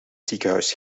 ziekenhuis